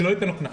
שלא ייתן לו קנס.